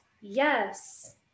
yes